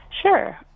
Sure